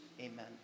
Amen